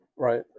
Right